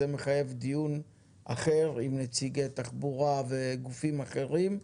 זה מחייב דיון אחר עם נציגי משרד התחבורה וגופים אחרים.